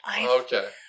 Okay